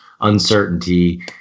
uncertainty